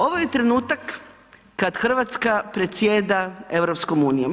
Ovo je trenutak kad Hrvatska predsjeda EU-om.